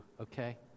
okay